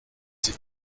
sie